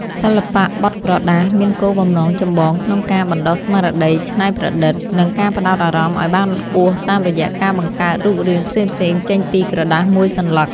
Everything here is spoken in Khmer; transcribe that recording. សិល្បៈបត់ក្រដាស មានគោលបំណងចម្បងក្នុងការបណ្ដុះស្មារតីច្នៃប្រឌិត និងការផ្ដោតអារម្មណ៍ឱ្យបានខ្ពស់តាមរយៈការបង្កើតរូបរាងផ្សេងៗចេញពីក្រដាសមួយសន្លឹក។